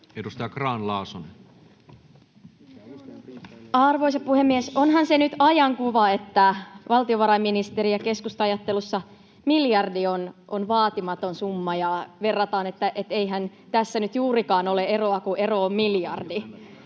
Time: 15:05 Content: Arvoisa puhemies! Onhan se nyt ajankuva, että valtiovarainministerin ja keskustan ajattelussa miljardi on vaatimaton summa ja verrataan, että eihän tässä nyt juurikaan ole eroa, kun ero on miljardi.